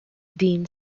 dean